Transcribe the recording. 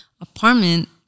apartment